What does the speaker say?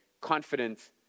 confident